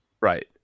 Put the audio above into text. Right